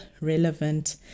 relevant